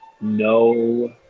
no